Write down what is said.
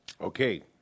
Okay